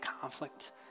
conflict